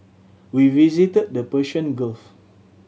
we visited the Persian Gulf